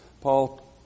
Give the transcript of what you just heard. Paul